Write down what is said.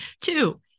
Two